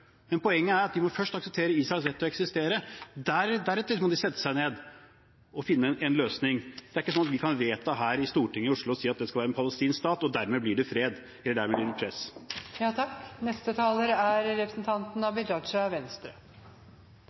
Men poenget er at vi må først akseptere Israels rett til å eksistere. Deretter må de sette seg ned og finne en løsning. Det er ikke slik at vi kan vedta her i Stortinget i Oslo og si at det skal være en palestinsk stat og dermed blir det fred. Til replikkordskiftet som var her: Jeg har full respekt for det